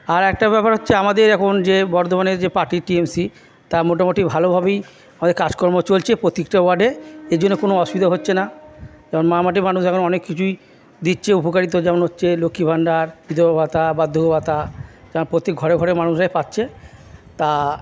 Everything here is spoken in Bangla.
আর একটা ব্যাপার হচ্ছে আমাদের এখন যে বর্ধমানের যে পার্টি টি এম সি তা মোটামুটি ভালোভাবেই আমাদের কাজকর্ম চলছে প্রত্যেকটা ওয়ার্ডে এর জন্য কোনো অসুবিধা হচ্ছে না কারণ মা মাটি মানুষ এখন অনেক কিছুই দিচ্ছে উপকারিতা যেমন হচ্ছে লক্ষ্মী ভাণ্ডার বিধবা ভাতা বার্ধক্য ভাতা তা প্রতি ঘরে ঘরে মানুষরাই পাচ্ছে তা